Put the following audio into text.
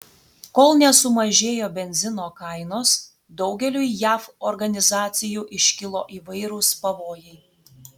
kol nesumažėjo benzino kainos daugeliui jav organizacijų iškilo įvairūs pavojai